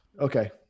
okay